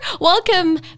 Welcome